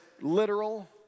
literal